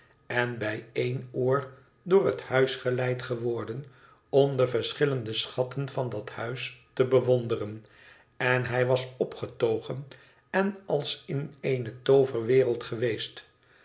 verbazingen bij één oor door het huis geleid geworden om de verschillende schatten van dat huis te bewonderen en hij was opgetogen en als in eene tooverwereld geweest